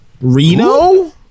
Reno